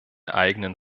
eigenen